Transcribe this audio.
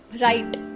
right